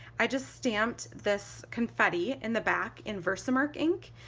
i just stamped this confetti in the back in versamark ink.